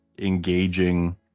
engaging